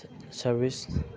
service